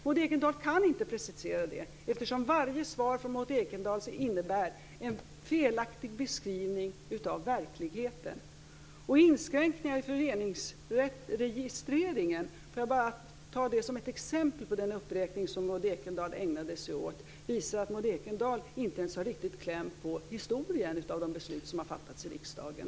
Maud Ekendahl kan inte precisera det, eftersom varje svar från Maud Ekendahl innebär en felaktig beskrivning av verkligheten. Låt mig bara ta inskränkningarna i föreningsregistreringen som ett exempel ur den uppräkning som Maud Ekendahl ägnade sig åt. Detta visar att hon inte ens har riktig kläm på historien när det gäller de beslut som har fattats i riksdagen.